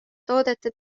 toodete